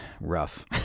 rough